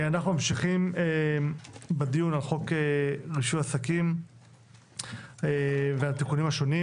אנחנו ממשיכים בדיון על חוק רישוי עסקים והתיקונים השונים.